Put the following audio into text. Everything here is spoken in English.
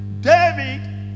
David